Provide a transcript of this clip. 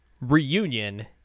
Reunion